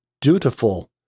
dutiful